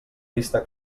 vista